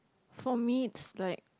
for me it's like